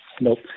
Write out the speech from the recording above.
nope